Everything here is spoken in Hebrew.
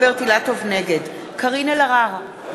נגד קארין אלהרר,